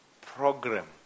Program